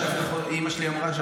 ואימא שלי אמרה לי,